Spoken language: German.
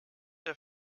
der